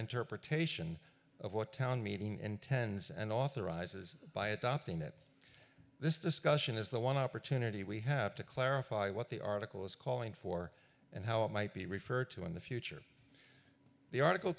interpretation of what town meeting intends and authorizes by adopting it this discussion is the one opportunity we have to clarify what the article is calling for and how it might be referred to in the future the article